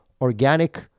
organic